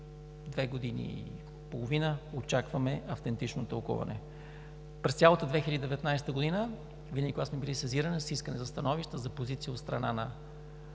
две години и половина очакваме автентично тълкуване. През цялата 2019 г., когато сме били сезирани с искане за становища, за позиция от страна на